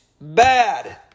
bad